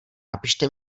napište